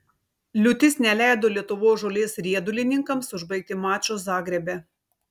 liūtis neleido lietuvos žolės riedulininkams užbaigti mačo zagrebe